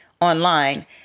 online